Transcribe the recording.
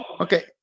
Okay